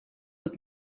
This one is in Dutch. het